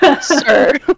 sir